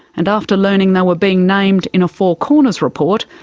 and, after learning they were being named in a four corners report,